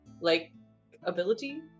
like-ability